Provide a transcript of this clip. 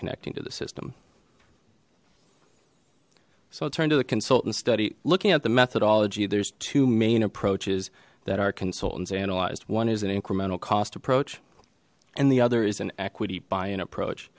connecting to the system so i'll turn to the consultants study looking at the methodology there's two main approaches that are consultants analyzed one is an incremental cost approach and the other is an equity buying approach